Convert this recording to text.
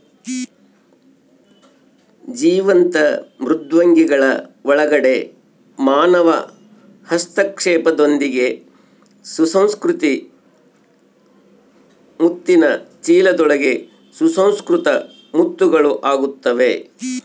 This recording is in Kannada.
ಜೀವಂತ ಮೃದ್ವಂಗಿಗಳ ಒಳಗಡೆ ಮಾನವ ಹಸ್ತಕ್ಷೇಪದೊಂದಿಗೆ ಸುಸಂಸ್ಕೃತ ಮುತ್ತಿನ ಚೀಲದೊಳಗೆ ಸುಸಂಸ್ಕೃತ ಮುತ್ತುಗಳು ಆಗುತ್ತವೆ